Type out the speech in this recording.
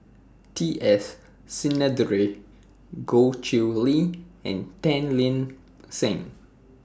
T S Sinnathuray Goh Chiew Lye and Tan Lip Seng